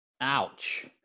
Ouch